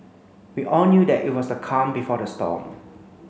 we all knew that it was the calm before the storm